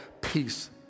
peace